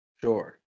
Sure